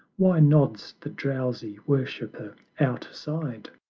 why nods the drowsy worshiper outside?